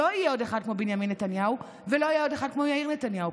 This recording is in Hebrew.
לא יהיה עוד אחד כמו בנימין נתניהו ולא יהיה אחד כמו יאיר נתניהו,